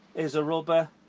is a rubber